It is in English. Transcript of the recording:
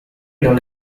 null